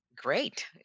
great